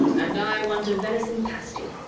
and i want a venison pasty!